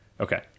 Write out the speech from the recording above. okay